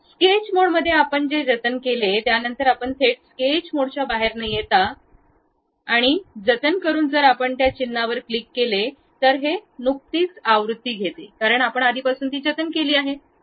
sketch मोडमध्ये आपण ते जतन केले त्यानंतर आपण थेट स्केच मोडच्या बाहेर न येता आणि जतन करुन जर आपण त्या चिन्हावर क्लिक केले तर हे नुकतीच आवृत्ती घेते कारण आपण आधीपासूनच ती जतन केली आहे एफएल